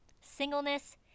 singleness